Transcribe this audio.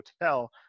hotel